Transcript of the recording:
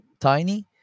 tiny